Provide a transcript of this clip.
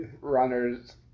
runners